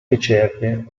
ricerche